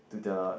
to the